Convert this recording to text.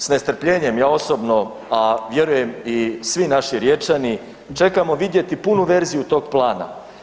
S nestrpljenjem ja osobno a vjerujem i svi naši Riječani, čekamo vidjeti punu verziju tog plana.